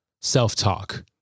self-talk